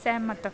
ਸਹਿਮਤ